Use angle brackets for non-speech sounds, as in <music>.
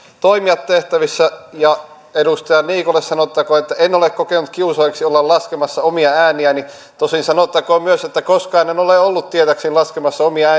toimia tehtävissä edustaja niikolle sanottakoon että en ole kokenut kiusalliseksi olla laskemassa omia ääniäni tosin sanottakoon myös että koskaan en en ole ollut tietääkseni laskemassa omia <unintelligible>